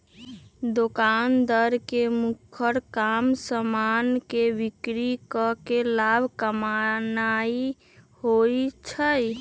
दोकानदार के मुखर काम समान के बिक्री कऽ के लाभ कमानाइ होइ छइ